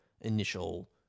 initial